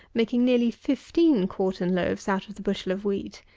making nearly fifteen quartern loaves out of the bushel of wheat.